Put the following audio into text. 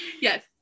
Yes